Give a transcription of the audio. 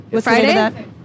Friday